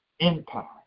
Empire